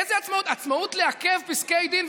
איזה עצמאות, עצמאות לעכב פסקי דין?